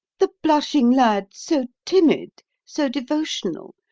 the blushing lad, so timid, so devotional,